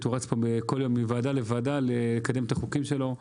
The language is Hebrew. הוא רץ פה כל יום מוועדה לוועדה על מנת לקדם את החוקים שלו.